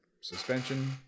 suspension